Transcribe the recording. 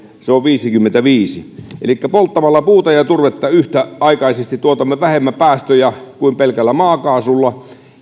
on viisikymmentäviisi elikkä polttamalla puuta ja ja turvetta yhtäaikaisesti tuotamme vähemmän päästöjä kuin pelkällä maakaasulla